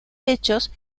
hechos